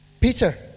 Peter